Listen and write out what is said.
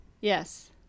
Yes